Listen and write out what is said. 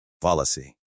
policy